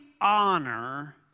honor